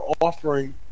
offering